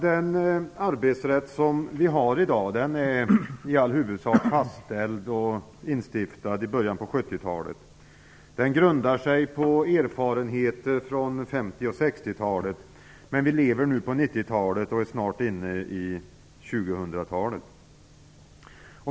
Den arbetsrätt som vi har i dag är i huvudsak fastställd och instiftad i början av 70-talet. Den grundar sig på erfarenheter från 50 och 60-talet. Vi lever nu på 90-talet och är snart inne i 2000-talet.